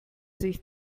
sich